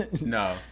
No